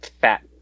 fat